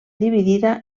dividida